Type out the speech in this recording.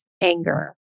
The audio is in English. anger